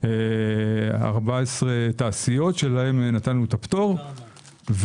14 תעשיות שלהן נתנו את הפטור.